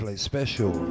Special